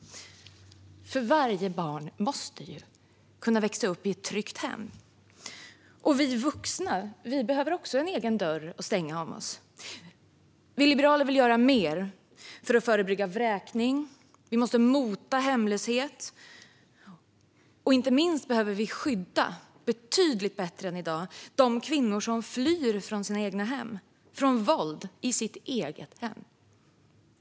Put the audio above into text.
Varje barn måste få växa upp i ett tryggt hem. Vi vuxna behöver också en egen dörr att stänga om oss. Vi liberaler vill göra mer för att förebygga vräkning och mota hemlöshet. Inte minst behöver samhället betydligt bättre än i dag skydda kvinnor som flyr från våld i sitt eget hem.